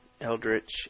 Eldritch